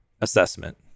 assessment